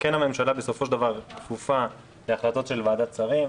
כן הממשלה בסופו של דבר כפופה להחלטות של ועדת שרים.